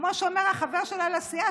כמו שאומר החבר שלה לסיעה,